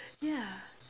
yeah